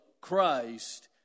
Christ